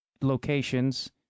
locations